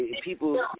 people